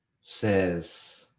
says